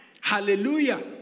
Hallelujah